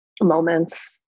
moments